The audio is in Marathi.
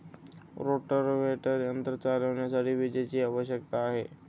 रोटाव्हेटर यंत्र चालविण्यासाठी विजेची आवश्यकता आहे